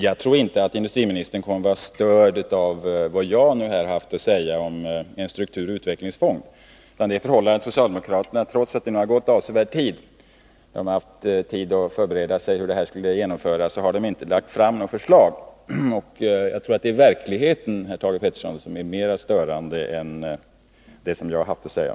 Jag tror inte att industriministern kommer att vara störd av vad jag här har haft att säga om en strukturoch utvecklingsfond. Det förhåller sig i stället så att socialdemokraterna — trots att en avsevärt lång tid har gått, under vilken de haft möjlighet att förbereda sig på ett genomförande härvidlag — inte har lagt fram något förslag. Jag tror alltså att verkligheten, herr Thage Peterson, är mer störande än det som jag har haft att säga.